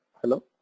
hello